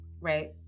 right